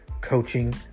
coaching